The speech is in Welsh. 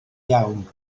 iawn